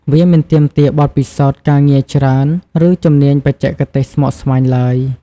វាមិនទាមទារបទពិសោធន៍ការងារច្រើន ឬជំនាញបច្ចេកទេសស្មុគស្មាញឡើយ។